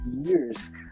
years